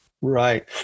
Right